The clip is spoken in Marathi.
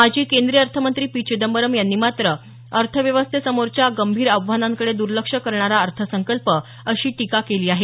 माजी केंद्रीय अर्थमंत्री पी चिदंबरम यांनी मात्र अर्थव्यवस्थेसमोरच्या गंभीर आव्हानांकडे दूर्लक्ष करणारा अर्थसंकल्प अशी टीका केली आहे